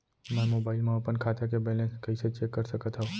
मैं मोबाइल मा अपन खाता के बैलेन्स कइसे चेक कर सकत हव?